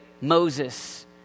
Moses